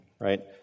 right